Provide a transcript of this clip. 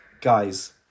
guys